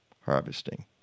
harvesting